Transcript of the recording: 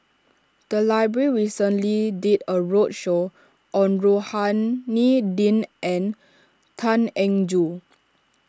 the library recently did a roadshow on Rohani Din and Tan Eng Joo